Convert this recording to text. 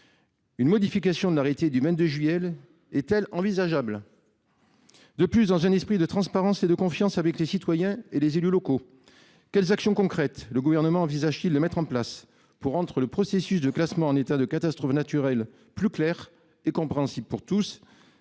Une modification de l’arrêté du 22 juillet est-elle envisageable ? De plus, dans un esprit de transparence et de confiance avec les citoyens et les élus locaux, quelles actions concrètes le Gouvernement envisage-t-il de mettre en place pour rendre le processus de classement en état de catastrophe naturelle plus clair et compréhensible par tous ?